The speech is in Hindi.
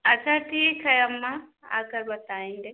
अच्छा ठीक है अम्मा आकर बताएँगे